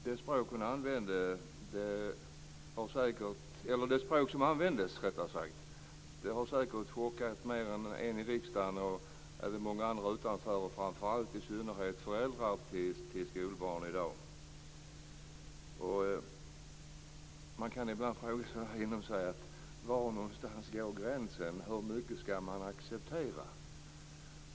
Det språk som användes har säkert chockat mer än en i riksdagen men i synnerhet föräldrar till dagens skolbarn. Man kan ibland fråga sig: Var någonstans går gränsen? Hur mycket skall man acceptera?